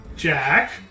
Jack